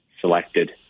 selected